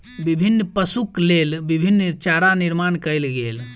विभिन्न पशुक लेल विभिन्न चारा निर्माण कयल गेल